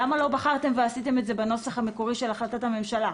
למה לא בחרתם ועשיתם את זה בנוסח המקורי של החלטת הממשלה?